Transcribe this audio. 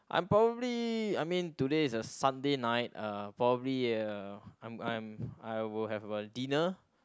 I'm probably I mean today is a Sunday night uh probably uh I'm I'm I will have a dinner